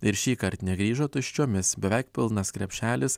ir šįkart negrįžo tuščiomis beveik pilnas krepšelis